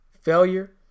failure